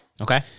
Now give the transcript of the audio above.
Okay